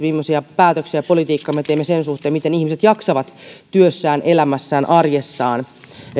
millaisia päätöksiä politiikkaa teemme sen suhteen miten ihmiset jaksavat työssään elämässään arjessaan